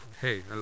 hey